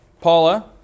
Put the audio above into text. Paula